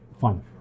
fun